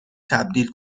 تبدیل